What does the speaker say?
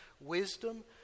wisdom